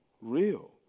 real